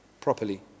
properly